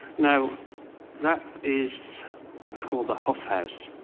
now that is called the huf haus.